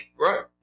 Right